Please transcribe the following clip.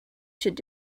should